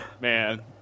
Man